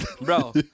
bro